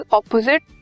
opposite